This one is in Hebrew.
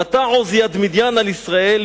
ותעוז יד מדיין על ישראל,